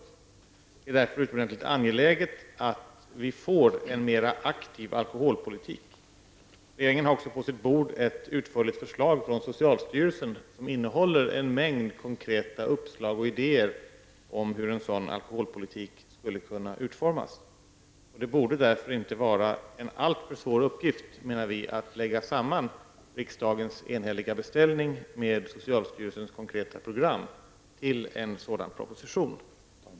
Det är därför utomordentligt angeläget att vi får en mera aktiv alkoholpolitik. Regeringen har också på sitt bord ett utförligt förslag från socialstyrelsen, som innehåller en mängd konkreta uppslag och idéer om hur en sådan alkoholpolitik skulle kunna utformas. Vi menar att det därför inte borde vara en alltför svår uppgift att lägga samman riksdagens enhälliga beställning med socialstyrelsens konkreta program till en sådan proposition.